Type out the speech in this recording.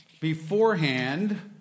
beforehand